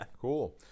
cool